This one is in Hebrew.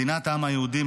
מדינת העם היהודי,